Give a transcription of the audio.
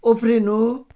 उफ्रिनु